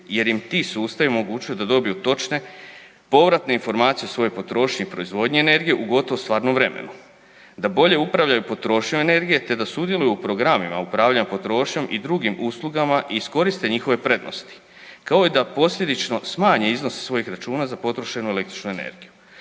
jer im ti sustavi omogućuju da dobiju točne povratne informacije o svojoj potrošnji i proizvodnji energije u gotovo stvarnom vremenu, da bolje upravljaju potrošnjom energije te da sudjeluju u programima upravljanja potrošnjom i drugim uslugama i iskoriste njihove prednosti kao i da posljedično smanje iznos svojih računa za potrošenu električnu energiju.